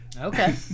Okay